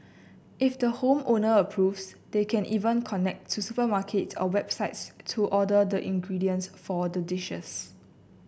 if the home owner approves they can even connect to supermarkets or websites to order the ingredients for the dishes